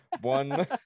one